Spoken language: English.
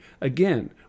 again